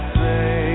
say